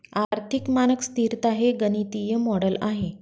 आर्थिक मानक स्तिरता हे गणितीय मॉडेल आहे